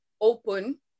open